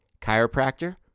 chiropractor